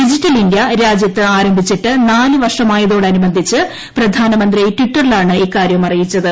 digital India രാജ്യത്ത് ആരംഭിച്ചിട്ട് നാല് വർഷമായതോടനുബന്ധിച്ച് പ്രധാനമന്ത്രി ടിറ്ററിലാണ് ഇക്കാര്യം അറിയിച്ചത്